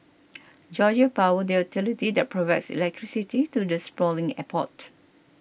Georgia Power the utility that provides electricity to the sprawling airport